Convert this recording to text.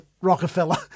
Rockefeller